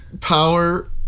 power